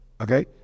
Okay